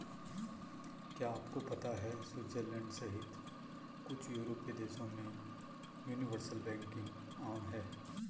क्या आपको पता है स्विट्जरलैंड सहित कुछ यूरोपीय देशों में यूनिवर्सल बैंकिंग आम है?